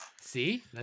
See